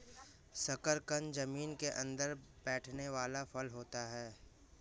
शकरकंद जमीन के अंदर बैठने वाला फल होता है